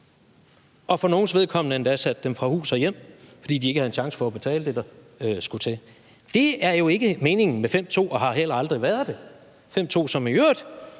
og for nogens vedkommende endda satte dem fra hus og hjem, fordi de ikke havde en chance for at betale det, der skulle til. Det er jo ikke meningen med § 5, stk. 2, og har heller aldrig været det. § 5, stk.